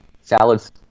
Salad's